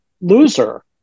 loser